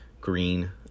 green